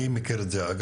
אני מכיר את זה אגב,